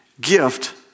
gift